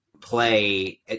play